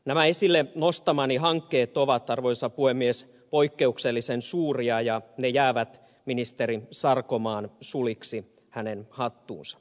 nämä esille nostamani hankkeet ovat arvoisa puhemies poikkeuksellisen suuria ja jäävät ministeri sarkomaan suliksi hänen hattuunsa